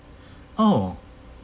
oh